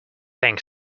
think